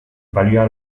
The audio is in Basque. balioa